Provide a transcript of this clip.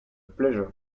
pleasure